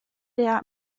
der